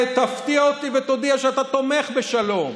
תפתיע אותי ותודיע שאתה תומך בשלום,